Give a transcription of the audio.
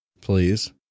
please